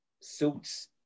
suits